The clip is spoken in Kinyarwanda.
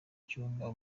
cyumba